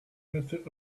method